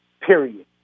Period